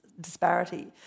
disparity